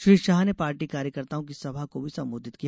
श्री शाह ने पार्टी कार्यकर्ताओं की सभा को भी संबोधित किया